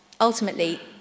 Ultimately